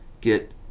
get